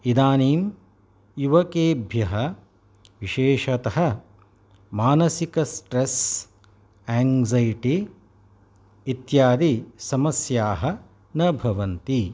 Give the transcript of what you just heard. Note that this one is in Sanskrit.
इदानीं युवकेभ्यः विशेषतः मानसिकस्ट्रेस् एङ्ग्ज़ैटी इत्यादि समस्याः न भवन्ति